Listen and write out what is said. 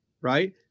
right